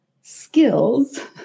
skills